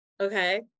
Okay